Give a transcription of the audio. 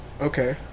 Okay